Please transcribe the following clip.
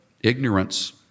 ignorance